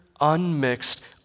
unmixed